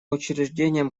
учреждением